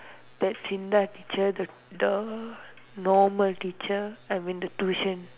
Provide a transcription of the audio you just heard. that S_I_N_D_A teacher the the normal teacher I mean the tuition